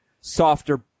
softer